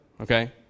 okay